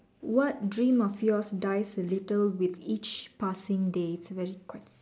what dream of yours dies a little with each passing day it's really quite